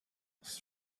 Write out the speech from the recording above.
was